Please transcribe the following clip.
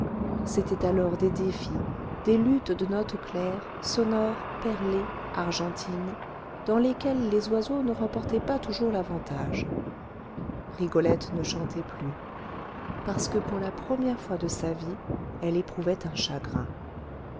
c'étaient alors des défis des luttes de notes claires sonores perlées argentines dans lesquelles les oiseaux ne remportaient pas toujours l'avantage rigolette ne chantait plus parce que pour la première fois de sa vie elle éprouvait un chagrin